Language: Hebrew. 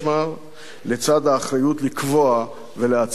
לצד האחריות לקבוע ולעצב את גבולותיה.